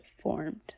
formed